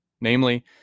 Namely